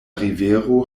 rivero